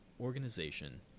organization